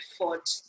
effort